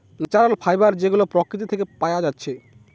natural fibre যেগুলা প্রকৃতি থিকে পায়া যাচ্ছে